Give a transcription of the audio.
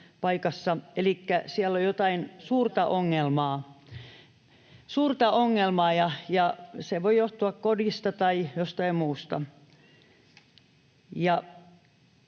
että siellä on jotain suurta ongelmaa, ja se voi johtua kodista tai jostain muusta.